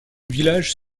villages